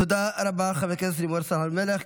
תודה רבה, חברת הכנסת לימור סון הר מלך.